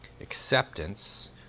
acceptance